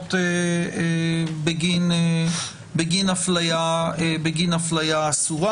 בתביעות בגין הפליה אסורה.